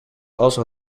also